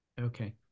Okay